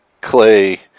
Clay